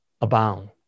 abound